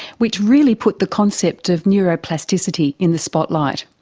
which really put the concept of neuroplasticity in the spotlight.